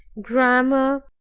grammar,